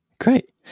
Great